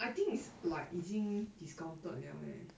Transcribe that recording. I think it's like 已经 discounted liao eh